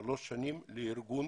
שלוש שנים ניסינו להיכנס לארגון